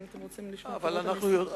אם אתם רוצים לשמוע פירוט, אני אשמח.